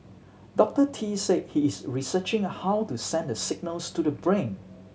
Doctor Tee said he is researching how to send the signals to the brain